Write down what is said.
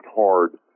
hard